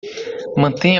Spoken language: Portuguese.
mantenha